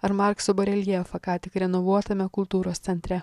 ar markso bareljefą ką tik renovuotame kultūros centre